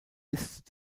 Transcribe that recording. ist